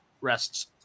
rests